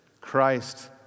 Christ